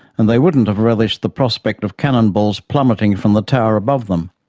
and they wouldn't have relished the prospect of cannon balls plummeting from the tower above them.